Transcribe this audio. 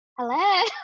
hello